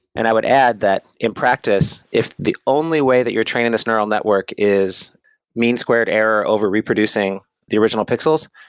and i would add that in practice, if the only way that you're training this neural network is mean squared error over reproducing the original pixels,